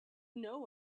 know